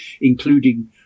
including